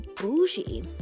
bougie